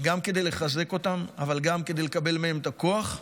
גם כדי לחזק אותם אבל גם כדי לקבל מהם את הכוח,